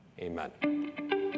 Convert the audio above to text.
Amen